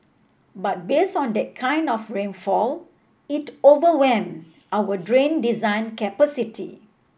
but based on that kind of rainfall it overwhelmed our drain design capacity